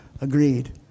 agreed